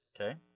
Okay